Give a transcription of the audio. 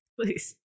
Please